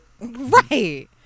right